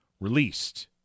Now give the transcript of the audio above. released